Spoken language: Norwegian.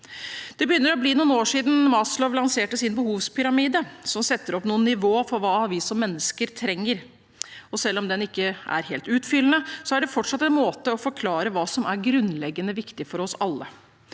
Det begynner å bli noen år siden Maslow lanserte sin behovspyramide, som setter opp noen nivåer for hva vi som mennesker trenger. Selv om den ikke er helt utfyllende, er det fortsatt en måte å forklare hva som er grunnleggende viktig for oss alle.